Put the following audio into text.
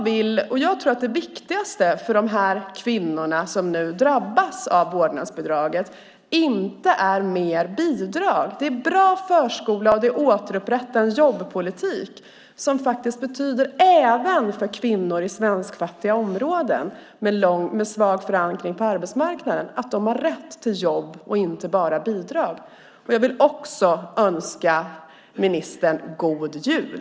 Det viktigaste för de kvinnor som nu drabbas av vårdnadsbidraget är inte mer bidrag utan bra förskola och en återupprättad jobbpolitik. Det betyder att kvinnorna, också i svenskfattiga områden med svag förankring på arbetsmarknaden, har rätt till jobb, inte bara till bidrag. Slutligen vill jag önska ministern god jul!